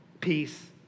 peace